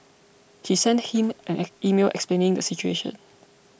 she sent him an email explaining the situation